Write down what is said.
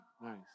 Nice